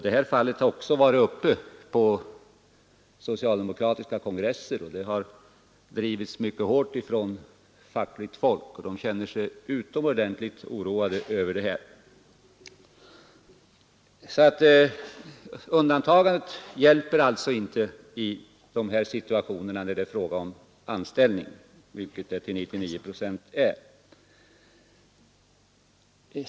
Den här frågan har också varit uppe på socialdemokratiska kongresser och den har drivits mycket hårt av fackföreningsfolk. De känner sig utomordentligt oroade över det här förhållandet. Möjligheten till undantagande hjälper alltså inte i de situationer där det är fråga om anställning — vilket det till 99 procent är.